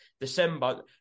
December